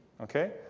Okay